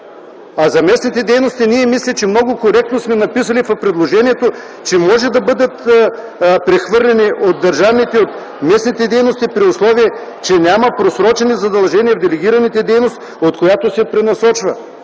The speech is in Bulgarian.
А за местните дейности мисля, че много коректно сме написали в предложението, че могат да бъдат прехвърлени от държавните, от местните дейности, при условие че няма просрочени задължения в делегираната дейност, от която се пренасочва.